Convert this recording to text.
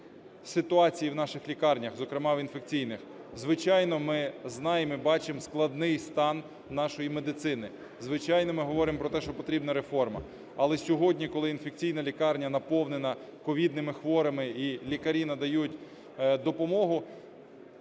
ситуації в наших лікарнях, зокрема в інфекційних. Звичайно, ми знаємо і бачимо складний стан нашої медицини. Звичайно, ми говоримо про те, що потрібна реформа. Але сьогодні, коли інфекційна лікарня наповнена ковідними хворими і лікарі надають допомогу,